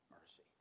Mercy